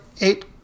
eight